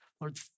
Lord